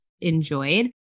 enjoyed